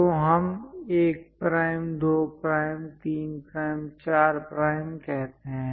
तो हम 1 prime 2 prime 3 prime 4 prime कहते हैं